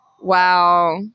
Wow